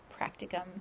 practicum